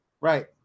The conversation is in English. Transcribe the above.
Right